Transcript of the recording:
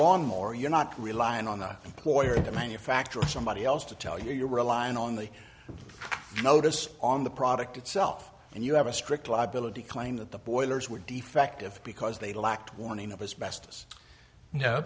lawnmower you're not relying on the employer or the manufacturer or somebody else to tell you you're relying on the notice on the product itself and you have a strict liability claim that the boilers were defective because they lacked warning of his best